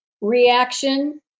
Reaction